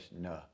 No